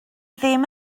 ddim